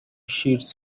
sheets